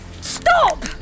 Stop